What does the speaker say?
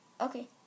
Okay